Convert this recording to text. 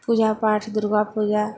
पूजा पाठ दुर्गा पूजा